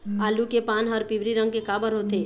आलू के पान हर पिवरी रंग के काबर होथे?